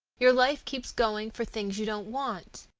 your life keeps going for things you don't want,